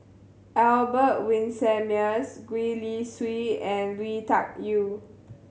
Albert Winsemius Gwee Li Sui and Lui Tuck Yew